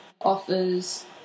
offers